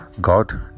God